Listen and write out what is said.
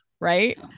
right